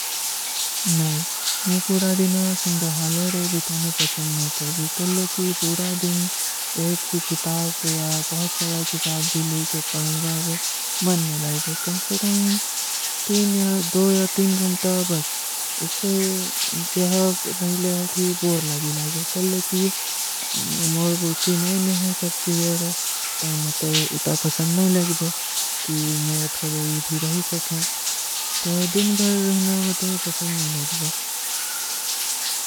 ନହୀଂ, ମୁଝେ ପୂରା ଦିନ ସଂଗ୍ରହାଲ ହୈ, ଭୀ ତାନା ପସଂଦ ନହୀଂ କର ଭୀ। କଲକୀ ପୂରା ଦିନ ଏକ ହୀ କିତାବ ଯା ବହୁତ ଚାଦା କିତାବ ଭୀ ଲେକେ ପଢନ ବାରେ, ମନ ନହୀଂ ଲଗବା। କମ ସେ କମ ତୀନ ଯା ଦୋ ଯା ତୀନ ଗଂଟା ବସ, ଇସସେ ଜହାଁ ରହେ ଲଗେ ଥୀ ବୋର ଲଗେ ଲଗେ। କଲକୀ ମୁଝେ ଉଚୀ ନହୀଂ ହୈ ସବ ଚୀଜରେ, ତୋ ମତେ ଇତା ପସଂଦ ନହୀଂ ଲଗବା। କି ମୁଝେ ଇତ କଦର ଇତ ହୀ ରହୀ ସକେଂ, ତୋ ଦିନ ବର ରହନା ମତେ ପସଂଦ ନହୀଂ ଲଗବା।